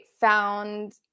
found